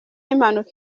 impanuka